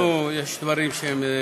לא, יש דברים שהם,